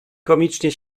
komicznie